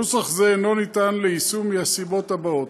נוסח זה אינו ניתן ליישום, מן הסיבות האלה: